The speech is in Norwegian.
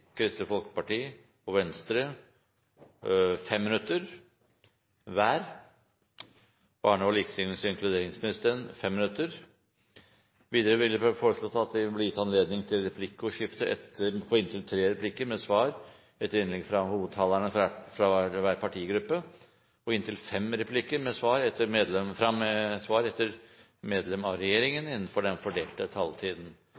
Kristelig Folkeparti og Venstre 5 minutter hver og barne-, likestillings- og inkluderingsministeren 5 minutter. Videre blir det foreslått at det blir gitt anledning til replikkordskifte på inntil tre replikker med svar etter innlegg fra hovedtalerne fra hver partigruppe og inntil fem replikker med svar etter innlegg fra medlemmer av